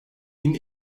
bin